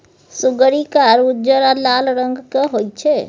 सुग्गरि कार, उज्जर आ लाल रंगक होइ छै